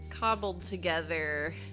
cobbled-together